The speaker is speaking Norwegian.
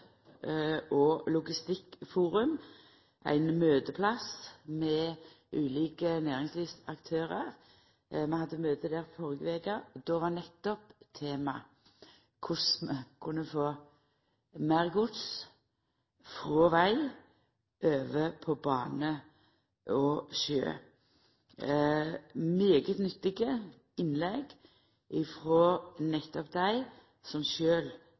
logistikkforum – ein møteplass med ulike næringslivsaktørar. Vi hadde møte der førre veka, og då var nettopp tema korleis vi kunne få meir gods frå veg over på bane og sjø. Det var svært nyttige innlegg frå nettopp dei som